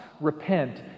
repent